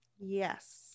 Yes